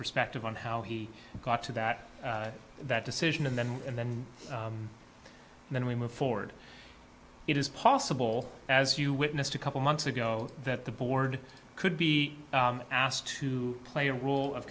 perspective on how he got to that that decision and then and then and then we move forward it is possible as you witnessed a couple months ago that the board could be asked to play a role of